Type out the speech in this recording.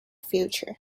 future